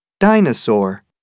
DINOSAUR